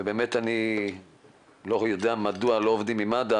ובאמת אני לא יודע מדוע לא עובדים עם מד"א,